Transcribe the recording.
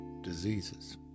diseases